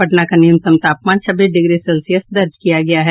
पटना का न्यूनतम तापमान छब्बीस डिग्री सेल्सियस दर्ज किया गया है